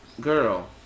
Girl